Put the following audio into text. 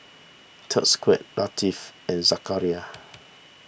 Thaqif Latif and Zakaria